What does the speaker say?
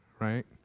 right